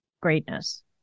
greatness